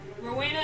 Rowena